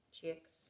chicks